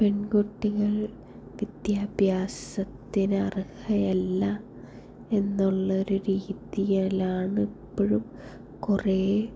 പെൺകുട്ടികൾ വിദ്യാഭ്യാസത്തിന് അർഹയല്ല എന്നുള്ളൊരു രീതിയിലാണ് ഇപ്പോഴും കുറേ